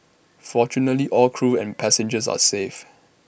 fortunately all crew and passengers are safe